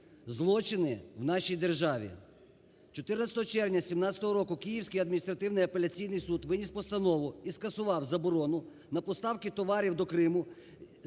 злочини в нашій державі. 14 червня 2017 року Київський адміністративний апеляційний суд виніс постанову і скасував заборону на поставки товарів до Криму